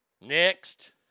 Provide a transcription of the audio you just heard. Next